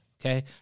okay